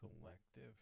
Collective